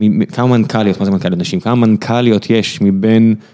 כמה מנכ"ליות, מה זה מנכ"ליות נשים, כמה מנכ"ליות יש מבין...